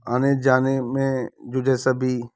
आने जाने में जो जैसा भी